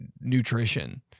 nutrition